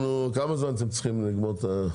כמה זמן אתם צריכים כדי לסיים את זה?